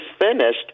finished